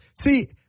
See